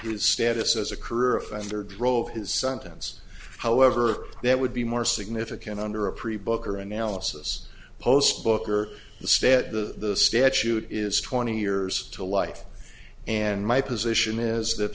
his status as a career offender drove his sentence however that would be more significant under a pre book or analysis post book or the stat the statute is twenty years to life and my position is that